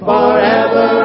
Forever